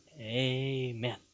Amen